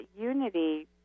unity